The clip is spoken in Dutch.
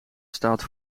staat